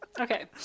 okay